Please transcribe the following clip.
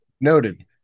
Noted